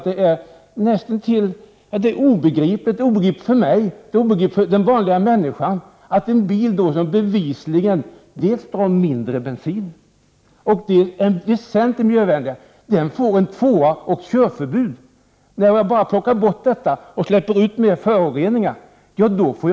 Det är näst intill obegripligt för mig, för den vanliga människan, att en bil som bevisligen dels drar mindre bensin, dels är väsentligt mer miljövänlig får en tvåa och körförbud. Plockar jag bort denna apparat och släpper ut mer föroreningar, får jag köra.